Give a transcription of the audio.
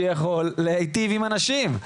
שיכול להיטיב עם אנשים.